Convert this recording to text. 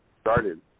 started